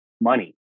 money